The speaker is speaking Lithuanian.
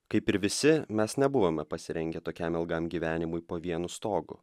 kaip ir visi mes nebuvome pasirengę tokiam ilgam gyvenimui po vienu stogu